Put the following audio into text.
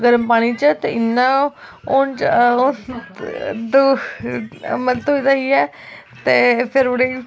गर्म पानी च ते इ'यां हून मतलब कि धोई धाइयै ते फिर उ'नें गी